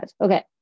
Okay